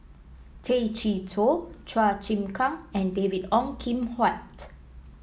Tay Chee Toh Chua Chim Kang and David Ong Kim Huat